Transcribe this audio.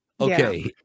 Okay